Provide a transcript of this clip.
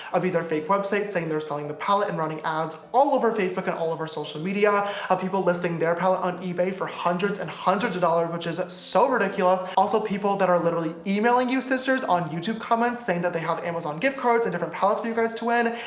of either fake website saying they're selling the palette and running ads all over facebook and all over social media of people listing their palette on ebay for hundreds and hundreds of dollars, which is so ridiculous. also people that are literally emailing you sisters on youtube comments saying that they have amazon gift cards and different palettes for you guys to win.